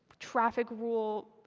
traffic rule,